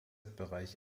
bereich